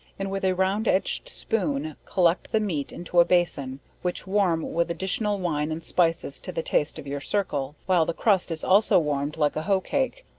and with a round edg'd spoon, collect the meat into a bason, which warm with additional wine and spices to the taste of your circle, while the crust is also warm'd like a hoe cake,